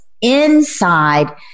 inside